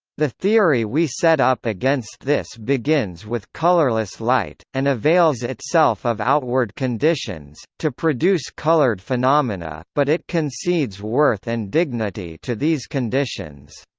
the theory we set up against this begins with colourless light, and avails itself of outward conditions, to produce coloured phenomena but it concedes worth and dignity to these conditions.